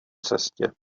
cestě